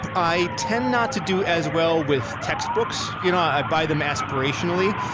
i tend not to do as well with textbooks. you know i buy them aspirationally,